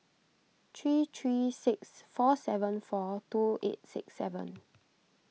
three three six four seven four two eight six seven